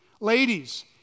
Ladies